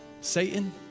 Satan